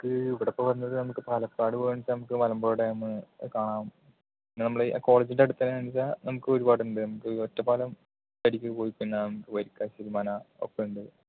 ഇപ്പം ഇവിടെക്ക് വന്നതാണ് ഇപ്പം പാലക്കാട് പോകാൻ ഇപ്പം നമുക്ക് മലമ്പുഴ ഡാമ് കാണാം പിന്നെ നമ്മളുടെ കോളേജിൻ്റെ അടുത്ത് തന്നെ എന്ന് വെച്ചാൽ നമുക്ക് ഒരു പാട്ണ്ട് നമുക്ക് ഒറ്റപ്പാലം വരിക്ക കോഴിക്ക ഡാം വരിക്കാശ്ശേരി മന ഒക്കേ ഉണ്ട്